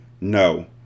no